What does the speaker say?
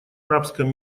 арабском